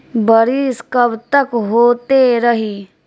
बरिस कबतक होते रही?